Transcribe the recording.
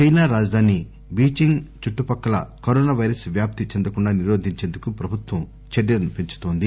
China రాజధాని Beijing చుట్టుపక్కల corona virus వ్యాప్తి చెందకుండా నిరోధించేందుకు ప్రభుత్వం చర్యలను పెంచుతోంది